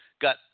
got